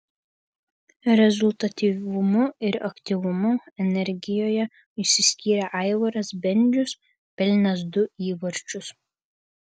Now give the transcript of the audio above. rezultatyvumu ir aktyvumu energijoje išsiskyrė aivaras bendžius pelnęs du įvarčius